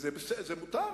וזה מותר.